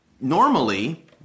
Normally